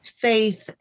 faith